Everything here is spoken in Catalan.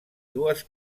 dues